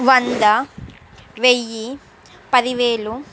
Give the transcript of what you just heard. వంద వెయ్యి పది వేలు